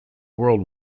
world